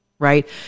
Right